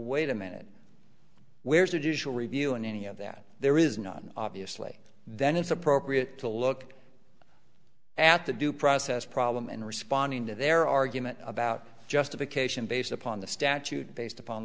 wait a minute where's the additional review and any of that there is not obviously then it's appropriate to look at the due process problem and responding to their argument about justification based upon the statute based upon